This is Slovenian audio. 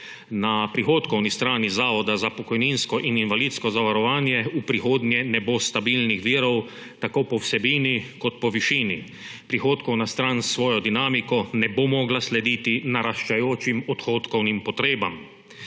Na prihodkovni strani Zavoda za pokojninsko in invalidsko zavarovanje v prihodnje ne bo stabilnih virov, tako po vsebini kot po višini. Prihodkovna stran s svojo dinamiko ne bo mogla slediti naraščajočim odhodkovnim potrebam.